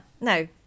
no